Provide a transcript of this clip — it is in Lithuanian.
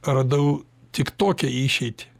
radau tik tokią išeitį